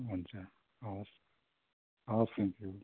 हुन्छ हवस् हवस् थ्याङ्क यू